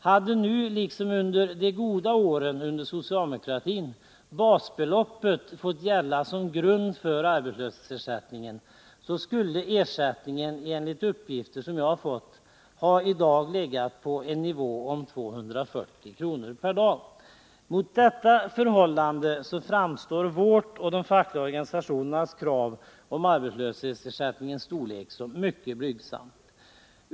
Hade nu, liksom under de goda åren under socialdemokratin, basbeloppet fått gälla som grund för arbetslöshetsersättningen, skulle arbetslöshetsersättningeni dag, enligt de uppgifter som jag har fått, ha legat på nivån 240 kr. per dag. Med tanke på detta förhållande framstår vårt och de fackliga organisationernas krav på arbetslöshetsersättningens storlek som mycket blygsamt.